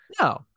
no